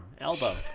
Elbow